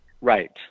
right